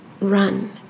run